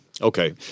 Okay